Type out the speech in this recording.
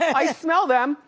i smell them,